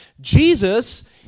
Jesus